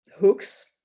hooks